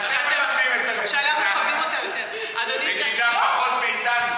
אתם מכבדים את הנגידה פחות מאיתנו.